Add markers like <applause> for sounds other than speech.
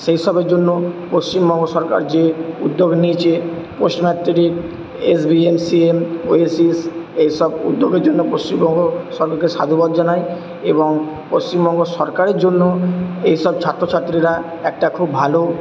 সেই সবের জন্য পশ্চিমবঙ্গ সরকার যে উদ্যোগ নিয়েছে <unintelligible> S B N C M OASIS এই সব উদ্যোগের জন্য পশ্চিমবঙ্গ সরকারকে সাধুবাদ জানাই এবং পশ্চিমবঙ্গ সরকারের জন্য এই সব ছাত্র ছাত্রীরা একটা খুব ভালো